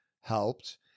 helped